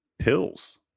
Pills